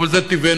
אבל זה טבענו,